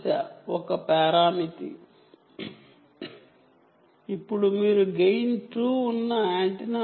ఇది పరిగణించవలసిన ఒక పారామితి ఇది గెయిన్ 2 ఉన్న యాంటెన్నా